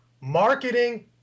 Marketing